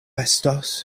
estos